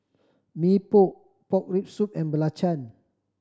Mee Pok pork rib soup and belacan